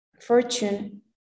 fortune